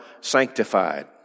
sanctified